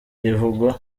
rivugwa